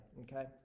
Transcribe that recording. okay